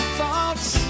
thoughts